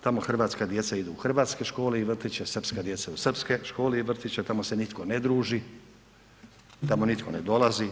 Tamo hrvatska djeca idu u hrvatske škole i vrtiće, srpska djeca u srpske škole i vrtiće, tamo se nitko ne druži, tamo nitko ne dolazi.